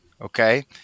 okay